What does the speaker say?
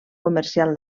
comercial